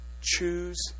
Choose